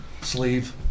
sleeve